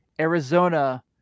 Arizona